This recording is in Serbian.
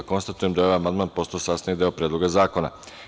Konstatujem da je ovaj amandman postao sastavni deo Predloga zakona.